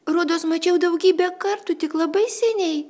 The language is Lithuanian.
rodos mačiau daugybę kartų tik labai seniai